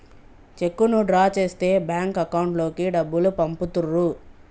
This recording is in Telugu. చెక్కును డ్రా చేస్తే బ్యాంక్ అకౌంట్ లోకి డబ్బులు పంపుతుర్రు